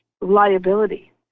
liability